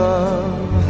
love